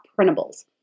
printables